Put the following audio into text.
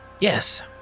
Yes